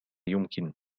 يمكن